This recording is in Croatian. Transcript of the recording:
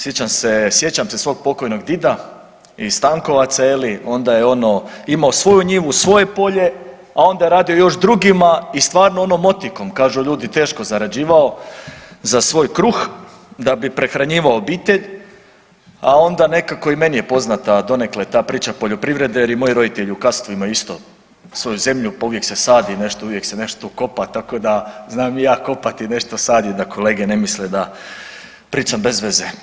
Sjećam se, sjećam se svog pokojnog dida iz Stankovaca je li onda je ono imao svoju njivu, svoje polje, a onda je radio još drugima i stvarno ono motikom, kažu ljudi teško zarađivao za svoj kruh da bi prehranjivao obitelj, a onda nekako i meni je poznata donekle ta priča poljoprivrede jer i moji roditelji u Kastvu imaju isto svoju zemlju, pa uvijek se sadi nešto, uvijek se nešto kopa, tako da znam i ja kopati i nešto saditi da kolege ne misle da pričam bez veze.